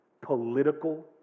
political